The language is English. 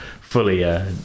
fully